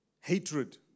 hatred